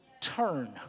turn